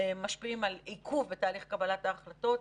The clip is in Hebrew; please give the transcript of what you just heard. משפיעים על עיכוב בתהליך קבלת ההחלטות.